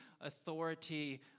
authority